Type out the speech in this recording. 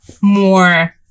more